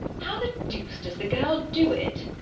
how the deuce does the girl do it?